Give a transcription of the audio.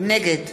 נגד